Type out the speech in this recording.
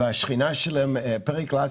והשכנה שלהם פרגלאס